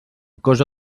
cosa